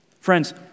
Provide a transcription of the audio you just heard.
Friends